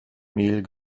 mehl